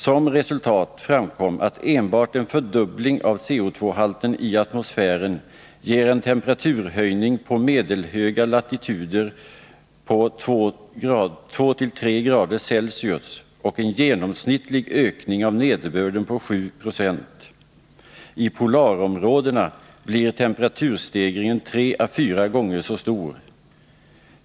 Som resultat framkom att enbart en fördubbling av CO,-halten i atmosfären ger en temperaturhöjning på medelhöga latituder på 2”-3”C och en genomsnittlig ökning av nederbörden på 7 20. I polarområdena blir temperaturstegringen 3 å 4 gånger så stor.